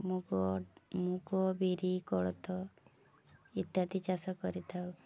ମୁଗ ମୁଗ ବିରି କୋଳଥ ଇତ୍ୟାଦି ଚାଷ କରିଥାଉ